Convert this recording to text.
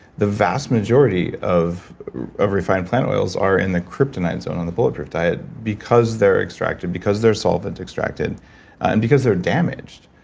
the vast majority of of refined plant oils are in the kryptonite zone on the bulletproof diet because they're extracted, because they're solvent extracted and because they're damaged.